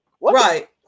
Right